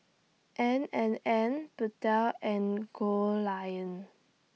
N and N Pentel and Goldlion